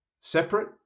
separate